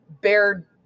bear